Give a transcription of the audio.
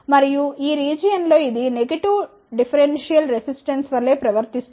మరియు ఈ రీజియన్ లో ఇది నెగెటివ్ డిఫెరెన్షియల్ రెసిస్టెన్స్ వలె ప్రవర్తిస్తుంది